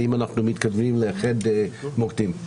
האם אנחנו מתכוונים לאחד מוקדים.